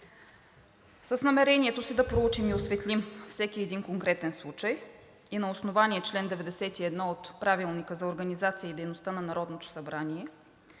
С намерението си да проучим и осветлим всеки един конкретен случай и на основание чл. 91 от Правилника за организацията и дейността на Народното събрание